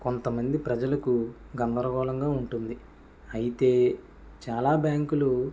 కొంతమంది ప్రజలకు గందరగోళంగా ఉంటుంది అయితే చాలా బ్యాంకులు